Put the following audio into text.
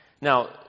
Now